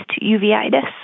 uveitis